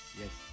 yes